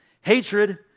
hatred